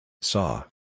Saw